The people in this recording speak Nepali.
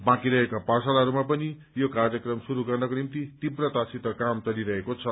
बाँकी रहेका पाठशालाहरूमा पनि यो कार्यक्रम शुरू गर्नको निम्ति तीव्रतासित काम चलिरहेको छ